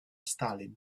stalin